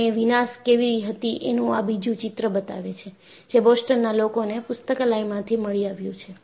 અને વિનાશ કેવી હતી તેનું આ બીજું ચિત્ર બતાવે છે જે બોસ્ટનના લોકોને પુસ્તકાલયમાંથી મળી આવ્યું છે